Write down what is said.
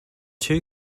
two